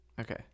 Okay